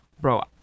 bro